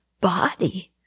body